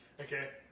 Okay